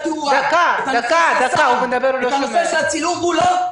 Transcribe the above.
זה של התאורה, הסאונד, הצילום לא.